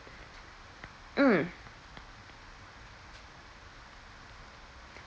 mm